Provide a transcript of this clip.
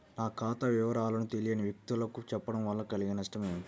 నా ఖాతా వివరాలను తెలియని వ్యక్తులకు చెప్పడం వల్ల కలిగే నష్టమేంటి?